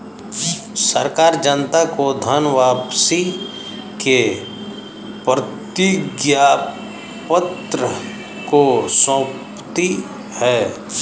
सरकार जनता को धन वापसी के प्रतिज्ञापत्र को सौंपती है